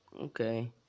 okay